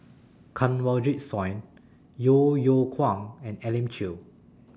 Kanwaljit Soin Yeo Yeow Kwang and Elim Chew